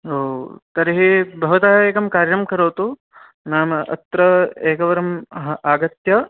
तर्हि भवता एकं कार्यं करोतु नाम अत्र एकवारम् अह आगत्य